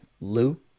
Lou